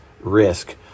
risk